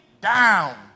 down